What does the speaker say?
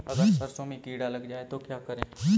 अगर सरसों में कीड़ा लग जाए तो क्या करें?